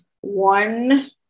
one